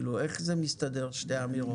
איך זה מסתדר שתי האמירות?